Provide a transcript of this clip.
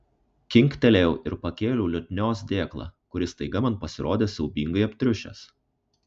kinktelėjau ir pakėliau liutnios dėklą kuris staiga man pasirodė siaubingai aptriušęs